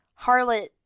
harlot